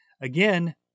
Again